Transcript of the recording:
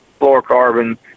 fluorocarbon